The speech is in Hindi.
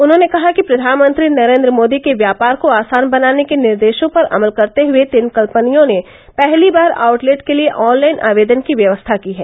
उन्होंने कहा कि प्रधानमंत्री नरेन्द्र मोदी के व्यापार को आसान बनाने के निर्देशों पर अमल करते हुए तेल कम्पनियों ने पहली बार आउटलेट के लिए ऑनलाइन आवेदन की व्यवस्था की है